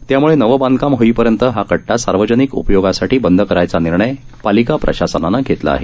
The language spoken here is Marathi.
त्यामुळं नवं बांधकाम होईपर्यंत हा कट्टा सार्वजनिक उपयोगासाठी बंद करायचा निर्णय पालिका प्रशासनानं घेतला आहे